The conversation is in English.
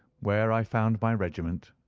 where i found my regiment,